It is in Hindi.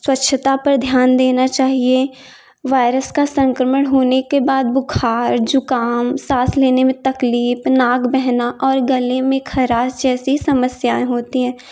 स्वच्छता पर ध्यान देना चाहिए वायरस का संक्रमण होने के बाद बुखार जुखाम साँस लेने में तकलीफ नाक बहना और गले में खराश जैसी समस्याएँ होती हैं